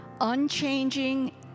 unchanging